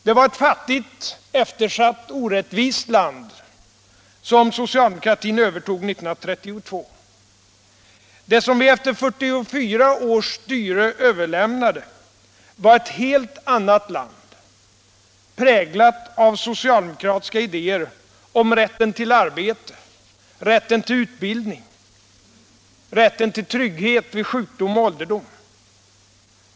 Det var ett fattigt, eftersatt land fullt av orättvisor som socialdemokratin övertog 1932. Det vi efter 44 års styre överlämnade var ett helt annat land, präglat av socialdemokratiska idéer om rätten till arbete, rätten till utbildning och rätten till trygghet vid sjukdom och ålderdom.